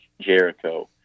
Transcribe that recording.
Jericho